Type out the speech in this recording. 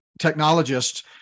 technologists